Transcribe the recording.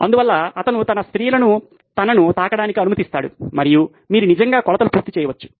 అందువల్ల అతను తన స్త్రీలను తనను తాకడానికి అనుమతిస్తాడు మరియు మీరు నిజంగా కొలతలు పూర్తి చేసుకోవచ్చు